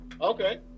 okay